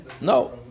no